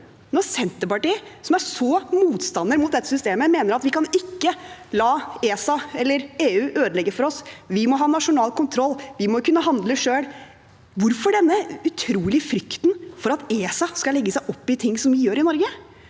da! Senterpartiet, som er motstander av dette systemet, mener at vi ikke kan la ESA eller EU ødelegge for oss, vi må ha nasjonal kontroll, vi må kunne handle selv. Hvorfor har man denne utrolige frykten for at ESA skal legge seg opp i ting som vi gjør i Norge?